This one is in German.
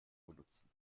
benutzen